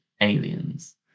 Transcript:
aliens